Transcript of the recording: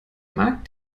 mag